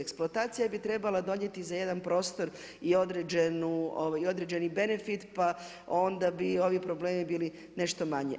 Eksploatacija bi trebala donijeti za jedan prostor i određeni benefit, pa onda bi ovi problemi bili nešto manji.